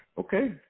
Okay